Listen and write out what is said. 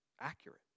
accurate